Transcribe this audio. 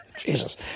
Jesus